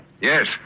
Yes